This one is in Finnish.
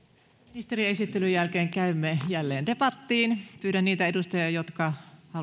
ministerin esittelyn jälkeen käymme jälleen debattiin pyydän niitä edustajia jotka haluavat